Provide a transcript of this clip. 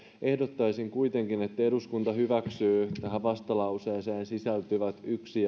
ehdottaisin kuitenkin että eduskunta hyväksyy tähän vastalauseeseen sisältyvät lausumaehdotukset yksi